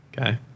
Okay